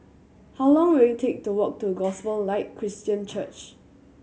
how long will it take to walk to Gospel Light Christian Church